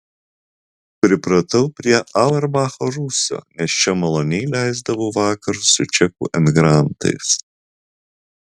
pripratau prie auerbacho rūsio nes čia maloniai leisdavau vakarus su čekų emigrantais